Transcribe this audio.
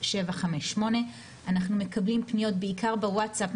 050-6290758. אנחנו מקבלים פניות בעיקר בוואטסאפ.